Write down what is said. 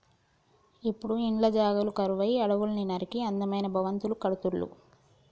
ఇప్పుడు ఇండ్ల జాగలు కరువై అడవుల్ని నరికి అందమైన భవంతులు కడుతుళ్ళు